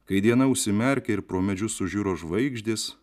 kai diena užsimerkė ir pro medžius sužiuro žvaigždės